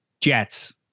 Jets